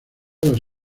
dos